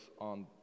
on